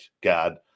God